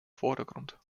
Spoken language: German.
vordergrund